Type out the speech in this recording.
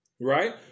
right